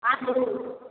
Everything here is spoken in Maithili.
आलू